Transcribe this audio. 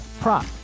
prop